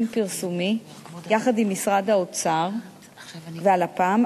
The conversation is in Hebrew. פרסומי יחד עם משרד האוצר והלפ"ם,